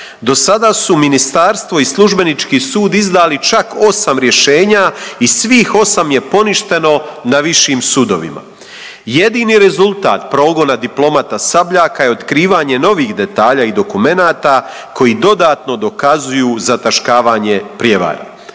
Dosada su ministarstvo i Službenički sud izdali čak 8 rješenja i svih 8 je poništeno na višim sudovima. Jedini rezultat progona diplomata Sabljaka je otkrivanje novih detalja i dokumenata koji dodatno dokazuju zataškavanje prijevara.